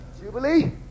Jubilee